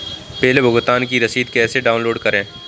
Bill भुगतान की रसीद कैसे डाउनलोड करें?